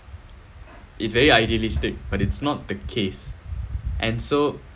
it's very idealistic but it's not the case and so